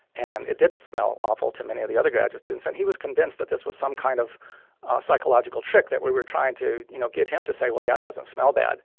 and it didn't smell awful to many of the other graduate students. and he was convinced that this was some kind of psychological trick, that we were trying to, you know, get him to say, well, yeah, it doesn't smell bad.